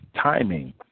timing